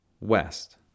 west